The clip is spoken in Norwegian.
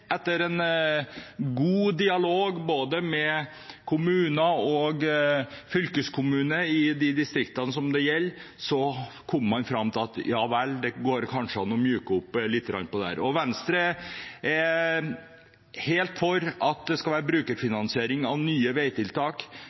etter en god dialog med både kommuner og fylkeskommuner i de distriktene det gjelder, kom man fram til at det kanskje gikk an å myke opp litt på dette. Venstre er helt for at det skal være brukerfinansiering av nye veitiltak,